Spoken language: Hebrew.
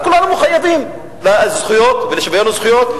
מחויבים לזכויות ולשוויון הזכויות.